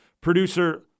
producer